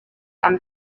and